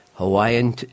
Hawaiian